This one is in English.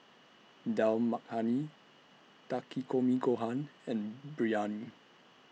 Dal Makhani Takikomi Gohan and Biryani